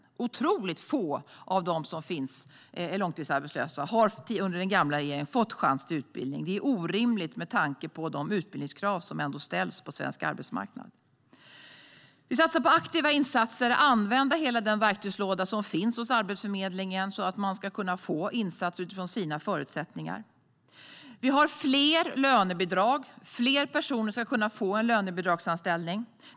Det är otroligt få av dem som är långtidsarbetslösa som under den gamla regeringen fick chans till utbildning. Det är orimligt med tanke på de utbildningskrav som ställs på svensk arbetsmarknad. Vi satsar på aktiva insatser för att använda hela den verktygslåda som finns hos Arbetsförmedlingen så att man ska kunna få insatser utifrån sina förutsättningar. Vi inför fler lönebidrag. Fler personer ska kunna få en lönebidragsanställning.